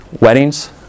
Weddings